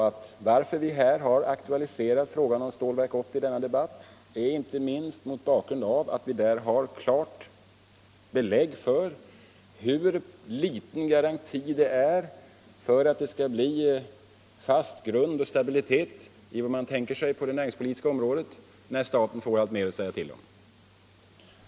Att vi har aktualiserat frågan om Stålverk 80 i denna debatt beror inte minst på att vi i det sammanhanget har fått klart belägg för hur liten garanti det finns för en fast grund och stabilitet på det näringspolitiska området, när staten får alltmer att säga till om.